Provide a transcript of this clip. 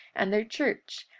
and their church,